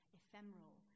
ephemeral